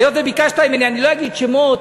היות שביקשת ממני, אני לא אגיד שמות,